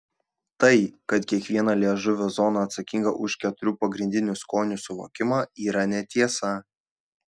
tai kad kiekviena liežuvio zona atsakinga už keturių pagrindinių skonių suvokimą yra netiesa